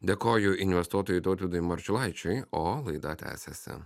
dėkoju investuotojui tautvydui marčiulaičiui o laida tęsiasi